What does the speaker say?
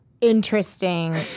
interesting